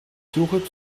suche